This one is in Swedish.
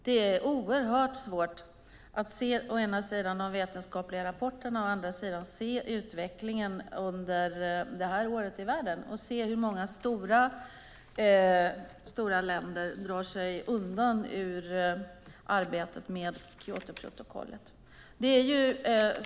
Det är oerhört svårt att se å ena sidan de vetenskapliga rapporterna och å andra sidan utvecklingen i världen det här året, där många stora länder drar sig ur arbetet med Kyotoprotokollet.